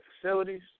facilities